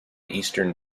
eastern